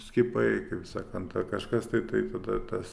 skiepai kaip sakant ar kažkas tai taip tada tas